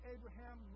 Abraham